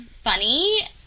funny